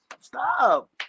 stop